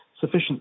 sufficient